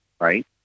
right